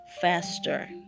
faster